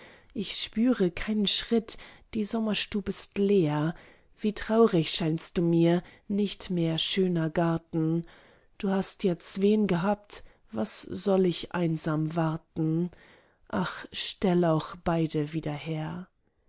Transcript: ich spüre keinen schritt die sommerstub ist leer wie traurig scheinst du mir du nicht mehr schöner garten du hast ja zween gehabt was soll ich einsam warten ach stell auch beide wieder her